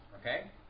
okay